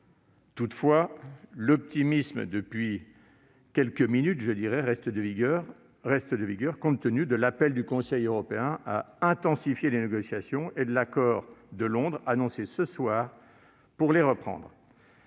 Toutefois, l'optimisme reste de rigueur, compte tenu de l'appel du Conseil européen à intensifier les négociations et de l'accord de Londres, annoncé ce soir, pour les reprendre.